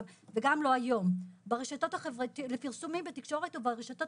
זה לא מהיום- אנחנו עדים לפרסומים בתקשורת וברשתות